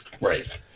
Right